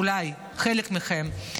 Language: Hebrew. אולי, חלק מכם.